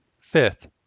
Fifth